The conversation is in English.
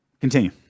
Continue